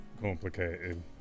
complicated